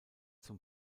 zum